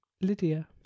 Lydia